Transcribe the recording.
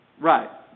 Right